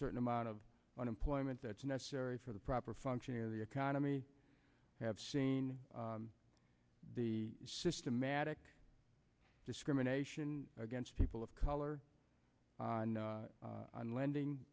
certain amount of unemployment that's necessary for the proper functioning of the economy have seen the systematic discrimination against people of color on lending